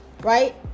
right